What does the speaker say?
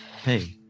Hey